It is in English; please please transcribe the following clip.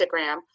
Instagram